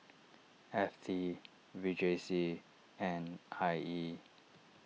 F T V J C and I E